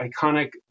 iconic